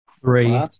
Three